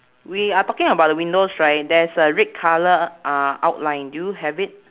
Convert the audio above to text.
we are talking about the windows right there's a red colour uh outline do you have it